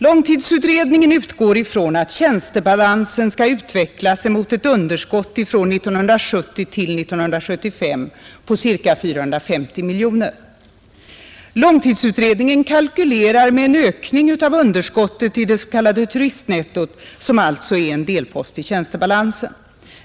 Långtidsutredningen utgår från att tjänstebalansen totalt skall utvecklas från ett balanserat läge 1970 till ett underskott 1975 på ca 450 miljoner kronor. Långtidsutredningen kalkylerar med en ökning av underskottet i det s.k. turistnettot, som alltså är en delpost i tjänstebalansen.